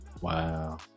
Wow